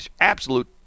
absolute